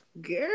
girl